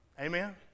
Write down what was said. amen